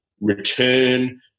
return